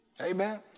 Amen